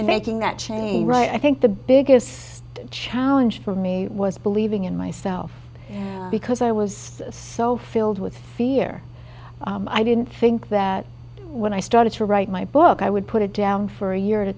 think making that change right i think the biggest challenge for me was believing in myself because i was so filled with fear i didn't think that when i started to write my book i would put it down for a year at a